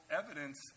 evidence